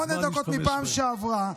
שמונה דקות מפעם ראשונה,